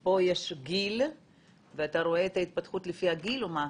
אז פה יש גיל ואתה רואה את ההתפתחות לפי הגיל או מה?